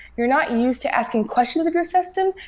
you're not used to asking questions of your system.